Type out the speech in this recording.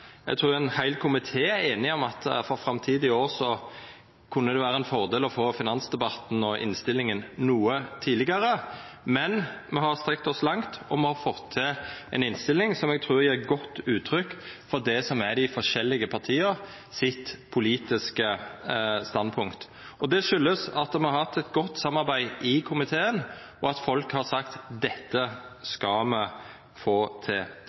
Eg trur ein heil komité er einig om at for framtidige år kunne det vera ein fordel å få finansdebatten og innstillinga noko tidlegare. Men me har strekt oss langt, og me har fått til ei innstilling som eg trur gjev godt uttrykk for det som er det politiske standpunktet til dei forskjellige partia. Det kjem av at me har hatt eit godt samarbeid i komiteen, og at folk har sagt at dette skal me få til.